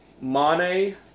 Mane